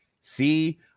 see